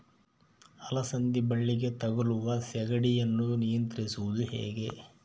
ಅಲಸಂದಿ ಬಳ್ಳಿಗೆ ತಗುಲುವ ಸೇಗಡಿ ಯನ್ನು ನಿಯಂತ್ರಿಸುವುದು ಹೇಗೆ?